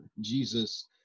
Jesus